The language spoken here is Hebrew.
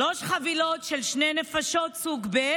שלוש חבילות של שתי נפשות סוג ב',